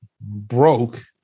broke